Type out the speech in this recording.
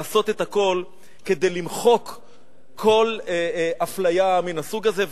לעשות את הכול כדי למחוק כל אפליה מן הסוג הזה.